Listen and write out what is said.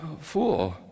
fool